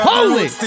Holy